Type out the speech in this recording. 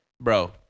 bro